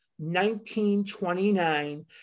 1929